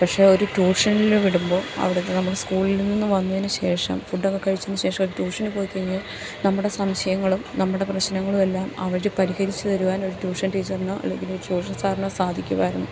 പക്ഷെ ഒരു ട്യൂഷനിൽ വിടുമ്പോൾ അവിടുത്തെ നമ്മുടെ സ്കൂളിൽ നിന്ന് വന്നതിന് ശേഷം ഫുഡ് ഒക്കെ കഴിച്ചതിന് ശേഷം ഒരു ട്യൂഷന് പോയി കഴിഞ്ഞ് നമ്മുടെ സംശയങ്ങളും നമ്മുടെ പ്രശ്നങ്ങളും എല്ലാം അവർ പരിഹരിച്ച് തരുവാൻ ഒരു ട്യൂഷൻ ടീച്ചറിനോ അല്ലെങ്കിലൊരു ട്യൂഷൻ സാറിനോ സാധിക്കുമായിരുന്നു